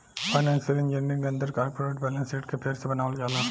financial engineering के अंदर corporate balance sheet के फेर से बनावल जाला